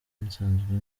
nsanzwe